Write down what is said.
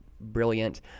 brilliant